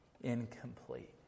incomplete